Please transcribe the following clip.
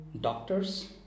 doctors